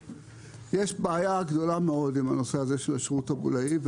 יש בעיה גדולה מאוד עם הנושא הזה של השירות הבולאי.